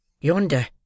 Yonder